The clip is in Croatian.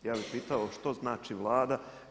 Ja bih pitao što znači Vlada?